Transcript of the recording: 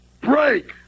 Break